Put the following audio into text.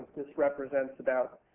this represents about